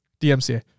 DMCA